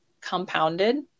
compounded